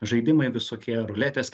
žaidimai visokie ruletės